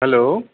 hello